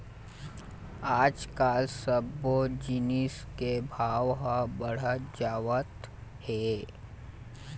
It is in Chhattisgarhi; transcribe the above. आजकाल सब्बो जिनिस के भाव ह बाढ़त जावत हे